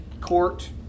court